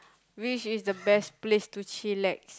which is the best place to chillax